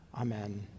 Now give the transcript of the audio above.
Amen